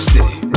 City